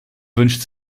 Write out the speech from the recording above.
wünscht